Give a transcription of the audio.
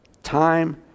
Time